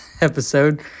episode